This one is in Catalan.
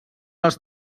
els